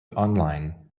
online